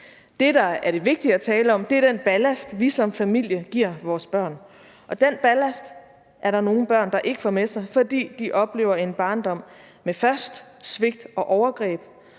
Det, der er det vigtige at tale om, er den ballast, vi som familie giver vores børn. Og den ballast er der nogle børn, der ikke får med sig, fordi de oplever en barndom med først svigt og overgreb,